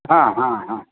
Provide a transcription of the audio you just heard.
ह ह ह